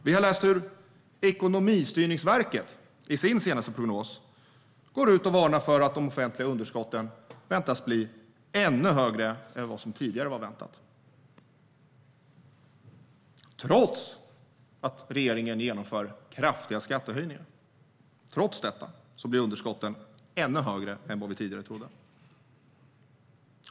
Vi har läst hur Ekonomistyrningsverket i sin senaste prognos går ut och varnar för att de offentliga underskotten väntas bli ännu högre än vad som tidigare var väntat, trots att regeringen genomför kraftiga skattehöjningar. Trots detta blir underskotten ännu högre än vad vi tidigare trodde.